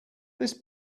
this